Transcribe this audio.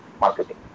marketing